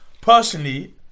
personally